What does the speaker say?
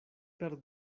per